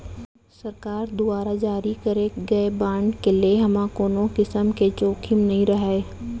सरकार दुवारा जारी करे गए बांड के लेहे म कोनों किसम के जोखिम नइ रहय